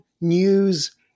news